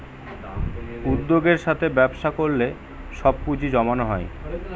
উদ্যোগের সাথে ব্যবসা করলে সব পুজিঁ জমানো হয়